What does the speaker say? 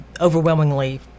overwhelmingly